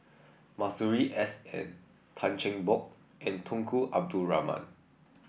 Masuri S N Tan Cheng Bock and Tunku Abdul Rahman